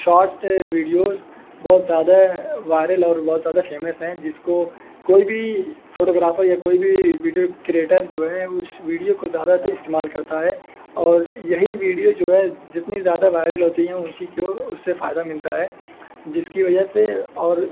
short videos بہت زیادہ viral اور بہت زیادہ فیمس ہیں جس کو کوئی بھی فوٹو گرافر یا کوئی بھی ویڈیو کریئٹر جو ہے اس ویڈیو کو زیادہ استعمال کرتا ہے اور یہی ویڈیو جو ہے جتنی زیادہ وائرل ہوتی ہے اسی کو اس سے فائدہ ملتا ہے جس کی وجہ سے اور